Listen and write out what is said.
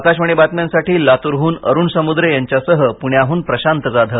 आकाशवाणी बातम्यांसाठी लातूरहून अरुण समुद्रे यांच्यासह पृण्याहून प्रशांत जाधव